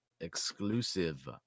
exclusive